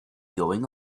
going